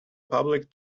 public